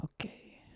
okay